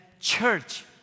church